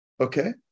okay